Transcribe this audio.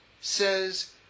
says